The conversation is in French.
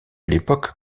l’époque